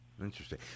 Interesting